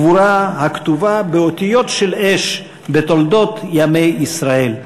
גבורה הכתובה באותיות של אש בתולדות ימי ישראל.